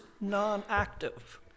non-active